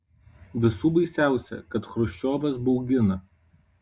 visų baisiausia kad chruščiovas baugina